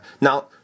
Now